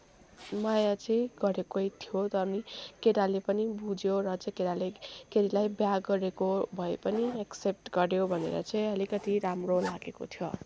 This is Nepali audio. माया चाहिँ गरेकै थियो तर पनि केटाले पनि बुझ्यो र चाहिँ केटाले केटीलाई बिहे गरेको भए पनि एक्सेप्ट गऱ्यो भनेर चाहिँ अलिकति राम्रो लागेको छ